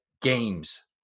games